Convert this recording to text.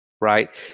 right